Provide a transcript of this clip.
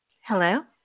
Hello